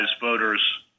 voters